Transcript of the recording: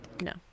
No